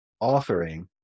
offering